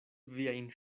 viajn